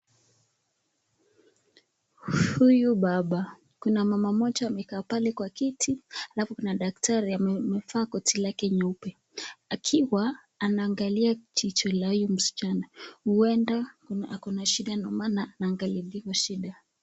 Huyu baba, kuna mama mmoja aliyekaa pale kwa kiti alafu kuna daktari amevaa koti lake nyeupe akiwa anaangalia jicho la huyo msichana huenda ako na shida ndio maana anaangaliliwa shida.